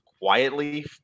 Quietly